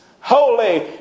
holy